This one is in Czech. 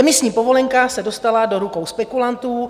Emisní povolenka se dostala do rukou spekulantů.